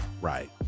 right